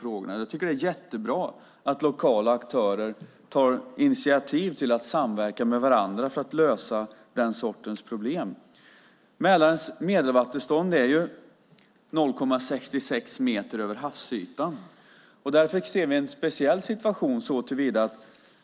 Jag tycker att det är jättebra att lokala aktörer tar initiativ till att samverka med varandra för att lösa den sortens problem. Mälarens medelvattenstånd är ju 0,66 meter över havsytan. Därför ser vi en speciell situation.